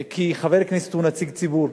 כי חבר כנסת הוא נציג ציבור.